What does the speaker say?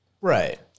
Right